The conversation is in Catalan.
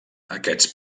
aquests